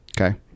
okay